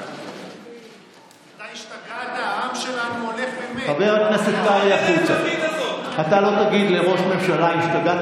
עם ההצלחה הגדולה שלך, בכל הארץ לא מצאו לה מכשיר.